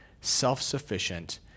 self-sufficient